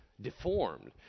deformed